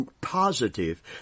positive